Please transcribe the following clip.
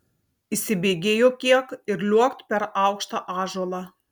įsibėgėjo kiek ir liuokt per aukštą ąžuolą